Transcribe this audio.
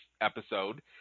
episode